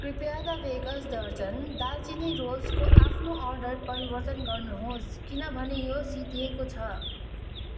कृपया the Bakers दर्जन दालचिनी रोल्सको आफ्नो अर्डर परिवर्तन गर्नुहोस् किनभने यो सिद्धिएको छ